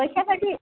कशासाठी